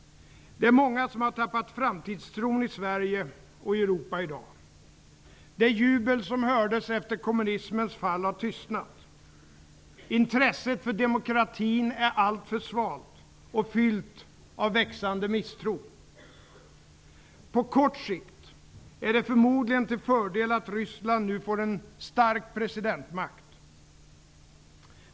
Det är många som har tappat framtidstron i Sverige och i Europa i dag. Det jubel som hördes efter kommunismens fall har tystnat. Intresset för demokratin är alltför svalt och fyllt av växande misstro. På kort sikt är det förmodligen till fördel att Ryssland nu är en stark presidentmakt.